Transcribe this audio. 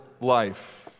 Life